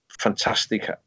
fantastic